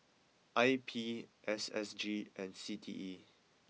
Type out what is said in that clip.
I P S S G and C T E